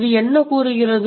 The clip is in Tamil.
இது என்ன கூறுகிறது